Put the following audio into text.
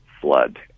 flood